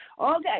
Okay